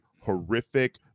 horrific